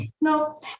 No